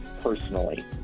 personally